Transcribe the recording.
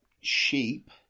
sheep